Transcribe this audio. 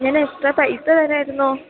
ഞാനെത്ര പൈസ തരാമായിരുന്നു